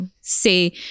say